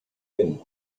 wind